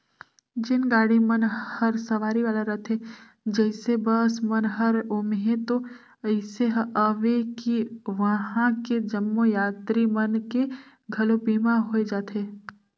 जेन गाड़ी मन हर सवारी वाला रथे जइसे बस मन हर ओम्हें तो अइसे अवे कि वंहा के जम्मो यातरी मन के घलो बीमा होय जाथे